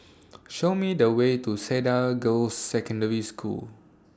Show Me The Way to Cedar Girls' Secondary School